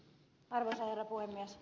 arvoisa herra puhemies